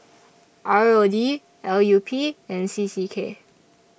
R O D L U P and C C K